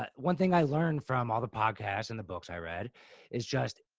but one thing i learned from all the podcasts and the books i read is just,